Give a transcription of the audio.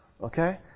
Okay